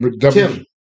Tim